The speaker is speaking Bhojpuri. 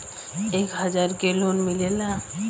एक हजार के लोन मिलेला?